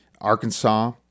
Arkansas